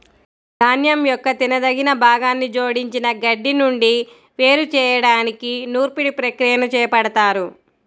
ధాన్యం యొక్క తినదగిన భాగాన్ని జోడించిన గడ్డి నుండి వేరు చేయడానికి నూర్పిడి ప్రక్రియని చేపడతారు